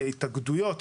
התאגדויות,